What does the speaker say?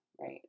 Right